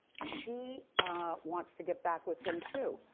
she wants to get back with him too.